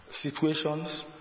situations